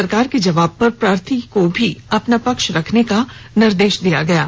सरकार के जवाब पर प्रार्थी को भी अपना पक्ष रखने का निर्देश दिया गया है